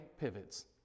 Pivots